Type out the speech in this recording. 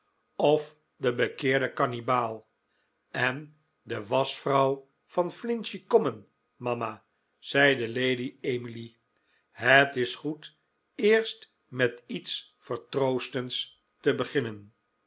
of de bekeerde kannibaal en de waschvrouw van finchley common mama zeide lady emily het is goed eerst met iets vertroostends te beginnen